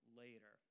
later